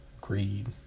greed